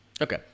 okay